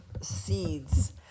seeds